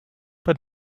but